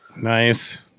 nice